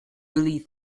really